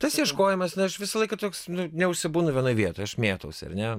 tas ieškojimas aš visą laiką toks neužsibūnu vienoj vietoj aš mėtausi ar ne